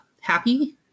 happy